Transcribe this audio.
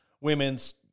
women's